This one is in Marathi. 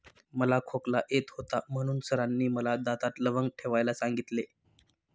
मला खोकला येत होता म्हणून सरांनी मला दातात लवंग ठेवायला सांगितले